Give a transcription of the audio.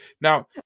Now